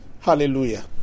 Hallelujah